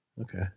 Okay